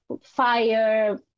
fire